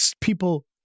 people